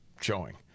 showing